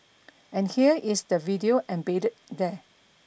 and here is the video embedded there